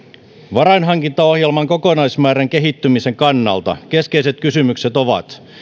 varainhankintaohjelman kokonaismäärän kehittymisen kannalta keskeiset kysymykset ovat